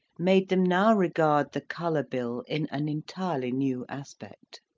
made them now regard the colour bill in an entirely new aspect.